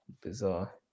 Bizarre